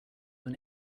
than